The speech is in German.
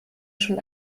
schon